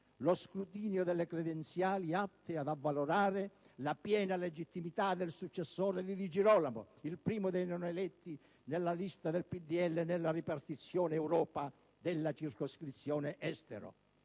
lo scrutinio delle credenziali atte ad avvalorare la piena legittimità del successore di Di Girolamo, il primo dei non eletti nella lista del Popolo della Libertà nella ripartizione Europa della circoscrizione Estero.